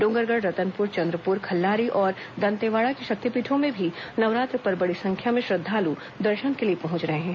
डोंगरगढ़ रतनपुर चन्द्रपुर खल्लारी और दन्तेवाड़ा के शक्तिपीठों में भी नवरात्र पर बड़ी संख्या में श्रद्धालु दर्शन के लिए पहुंच रहे हैं